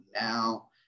Now